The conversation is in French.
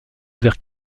vers